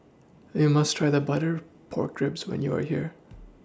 YOU must Try The Butter Pork Ribs when YOU Are here